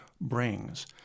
brings